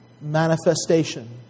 manifestation